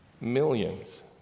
millions